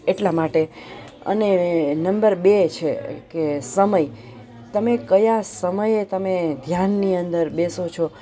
એટલા માટે અને નંબર બે છે કે સમય તમે કયા સમયે તમે ધ્યાનની અંદર બેસો છો